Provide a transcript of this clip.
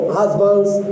husbands